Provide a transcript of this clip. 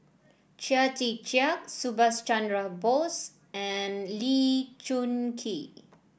Chia Tee Chiak Subhas Chandra Bose and Lee Choon Kee